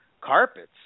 carpets